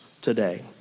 today